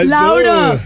Louder